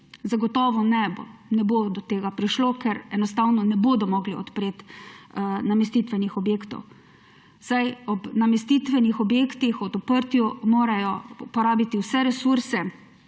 Zagotovo ne, ne bo do tega prišlo, ker enostavno ne bodo mogli odpreti namestitvenih objektov, saj ob namestitvenih objektih ob odprtju morajo uporabiti vse resurse,